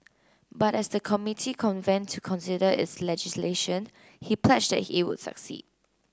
but as the committee convened to consider its legislation he pledged that it would succeed